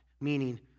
meaning